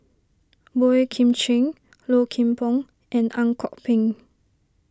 Boey Kim Cheng Low Kim Pong and Ang Kok Peng